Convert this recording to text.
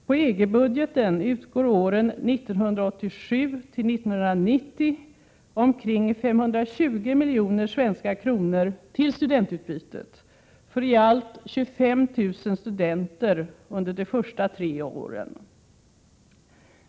På EG-budgeten utgår åren 1987—1990 omkring 520 miljoner svenska kronor till studentutbytet, för i allt 25 000 studenter under de första tre åren.